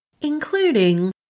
including